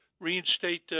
reinstate